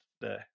today